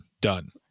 Done